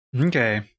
okay